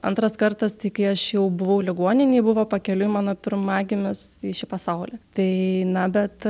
antras kartas tai kai aš jau buvau ligoninėj buvo pakeliui mano pirmagimis į šį pasaulį tai na bet